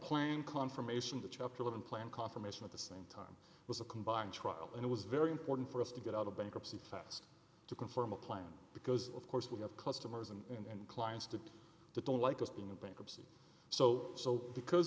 plain confirmation that chapter eleven plan confirmation at the same time was a combined trial and it was very important for us to get out of bankruptcy fast to confirm a client because of course we have customers and clients to the don't like us being a bankruptcy so so because